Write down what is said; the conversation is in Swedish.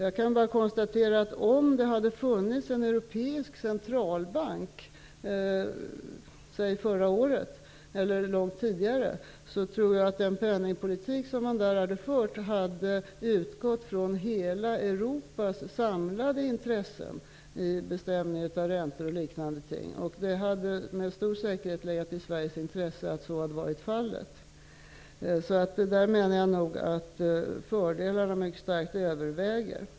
Jag kan bara konstatera att om det hade funnits en europeisk centralbank förra året eller långt tidigare, tror jag att den penningpolitik som där hade förts hade utgått från hela Europas samlade intressen när det gäller bestämmande av räntor och liknande ting. Det hade med stor säkerhet legat i Sveriges intresse att så hade varit fallet. Där menar jag att fördelarna mycket starkt överväger.